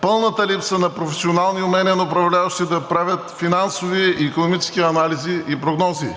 пълната липса на професионални умения на управляващите да правят финансови и икономически анализи и прогнози.